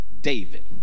David